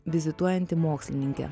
vizituojanti mokslininkė